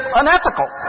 unethical